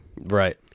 Right